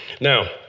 Now